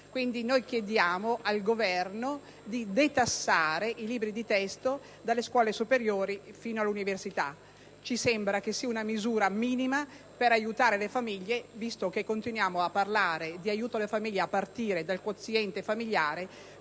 Quindi, chiediamo al Governo di detassare i libri di testo, dalle scuole superiori all'università. Ci sembra sia una misura minima per aiutare le famiglie, visto che continuiamo a parlare di aiutare le famiglie a partire dal quoziente familiare.